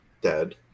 dead